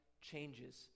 changes